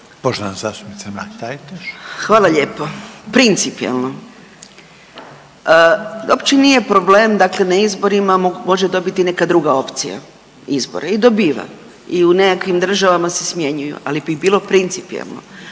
Poštovana zastupnica Mrak-Taritaš. **Mrak-Taritaš, Anka (GLAS)** Uopće nije problem dakle na izborima može dobiti i neka druga opcija izbore i dobiva. I u nekakvim država se smjenjuju, ali bi bilo principijelno